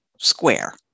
square